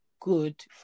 good